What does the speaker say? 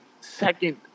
second